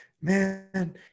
man